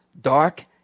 dark